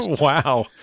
Wow